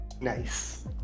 Nice